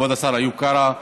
כבוד השר איוב קרא,